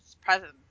presence